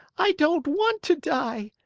i don't want to die!